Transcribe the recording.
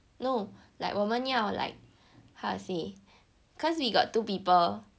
no like 我们要 like how to say cause we got two people